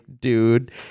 dude